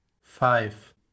five